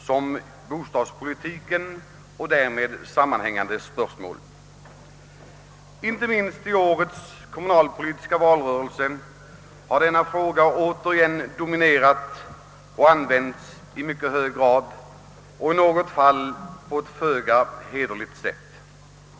som bostadspolitiken och därmed sammanhängande spörsmål. Inte minst i årets kommunalpolitiska valrörelse har denna fråga återigen dominerat och använts i mycket hög grad, i något fall på ett föga hederligt sätt.